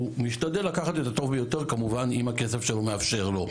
הוא משתדל לקחת את הטוב ביותר כמובן אם הכסף שלו מאפשר לו.